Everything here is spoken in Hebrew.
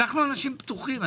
אנחנו אנשים פתוחים,